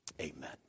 Amen